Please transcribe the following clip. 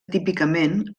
típicament